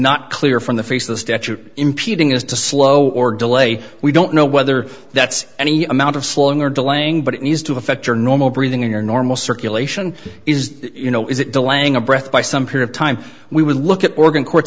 statute impeding is to slow or delay we don't know whether that's any amount of slowing or delaying but it needs to affect your normal breathing in your normal circulation is you know is it delaying a breath by some period of time we would look at organ courts